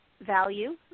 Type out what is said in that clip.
value